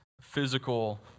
physical